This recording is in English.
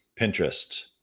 Pinterest